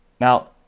Now